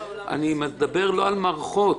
אני לא מדבר על מערכות.